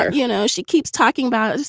ah you know, she keeps talking about.